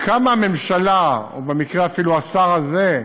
כמה הממשלה, או במקרה אפילו השר הזה,